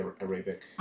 Arabic